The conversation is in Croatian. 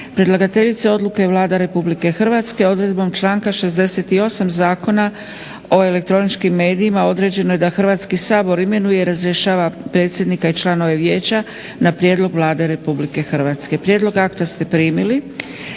Predlagateljica odluke je Vlada RH. odredbom članka 68. Zakona o elektroničkim medijima određeno je da Hrvatski sabor imenuje i razrješava predsjednika i članove vijeća na prijedlog Vlade RH. Prijedlog akta ste primili.